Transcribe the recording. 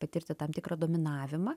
patirti tam tikrą dominavimą